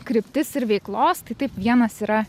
kryptis ir veiklos tai taip vienas yra